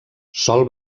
sol